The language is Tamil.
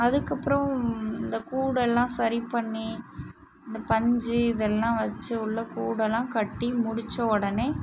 அதுக்கப்புறம் இந்த கூடெல்லாம் சரிப்பண்ணி இந்த பஞ்சு இதெல்லாம் வச்சு உள்ளே கூடெல்லாம் கட்டி முடித்த உடனே